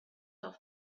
off